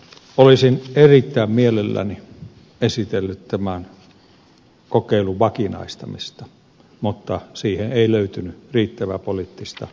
olisin erittäin mielelläni esitellyt tämän kokeilun vakinaistamista mutta siihen ei löytynyt riittävää poliittista yhteisymmärrystä